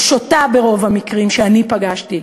או שותָה, ברוב המקרים שאני פגשתי.